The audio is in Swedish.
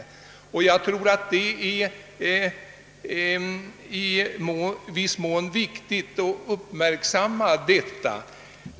Det är nog viktigt att i viss mån uppmärksamma detta.